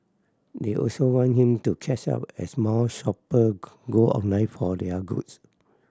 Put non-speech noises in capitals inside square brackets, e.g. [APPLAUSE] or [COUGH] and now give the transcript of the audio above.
they also want him to catch up as more shopper [UNINTELLIGIBLE] go online for their goods